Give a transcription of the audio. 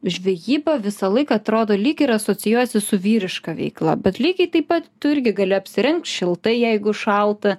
žvejyba visą laiką atrodo lyg ir asocijuojasi su vyriška veikla bet lygiai taip pat tu irgi gali apsirengt šiltai jeigu šalta